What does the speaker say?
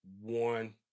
one